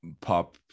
pop